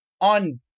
on